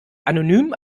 anonymen